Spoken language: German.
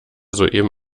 soeben